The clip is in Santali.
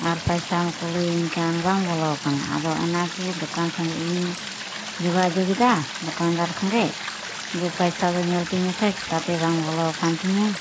ᱟᱨ ᱯᱟᱭᱥᱟ ᱢᱟᱠᱩ ᱞᱟᱹᱭ ᱟᱹᱧ ᱠᱟᱱ ᱵᱟᱝ ᱵᱚᱞᱚ ᱟᱠᱟᱱ ᱟᱫᱚ ᱚᱱᱟᱜᱤ ᱫᱳᱠᱟᱱ ᱥᱟᱞᱟ ᱤᱧ ᱡᱳᱜᱟᱡᱳᱜᱽ ᱮᱫᱟ ᱫᱳᱠᱟᱱᱫᱟᱨ ᱥᱚᱝᱜᱮ ᱯᱟᱭᱥᱟ ᱫᱚ ᱧᱮᱞ ᱛᱤᱧ ᱢᱮᱥᱮ ᱪᱤᱠᱟᱹᱛᱮ ᱵᱟᱝ ᱵᱚᱞᱚ ᱟᱠᱟᱱ ᱛᱤᱧᱟᱹ